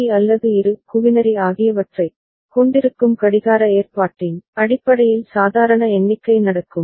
D அல்லது இரு quinary ஆகியவற்றைக் கொண்டிருக்கும் கடிகார ஏற்பாட்டின் அடிப்படையில் சாதாரண எண்ணிக்கை நடக்கும்